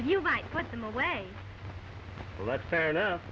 you might put them away but that's fair enough